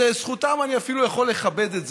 זו זכותם, אני אפילו יכול לכבד את זה.